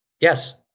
Yes